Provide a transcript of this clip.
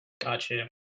Gotcha